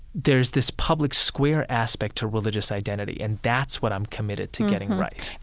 there's this public square aspect to religious identity, and that's what i'm committed to getting right